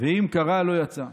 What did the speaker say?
ואם קרא, לא יצא"